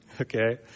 Okay